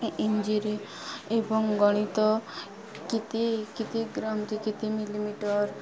ଇଞ୍ଜିରେ ଏବଂ ଗଣିତ କିତେ କିତେ ଗ୍ରାମତେ କିତେ ମିଲିମିଟର